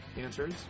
answers